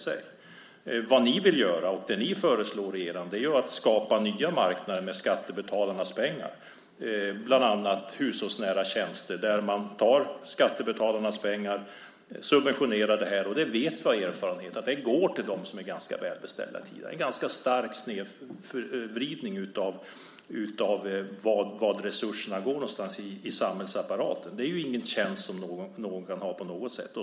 Det ni vill göra och det ni föreslår är ju att skapa nya marknader med skattebetalarnas pengar, bland annat hushållsnära tjänster där man tar skattebetalarnas pengar och subventionerar med. Vi vet av erfarenhet att det går till dem som är ganska välbeställda tidigare. Det är en ganska stark snedvridning av vart resurserna går i samhällsapparaten. Det är ju ingen tjänst som någon kan ha på något sätt.